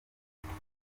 yagize